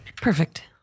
Perfect